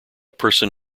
person